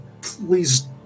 please